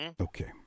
Okay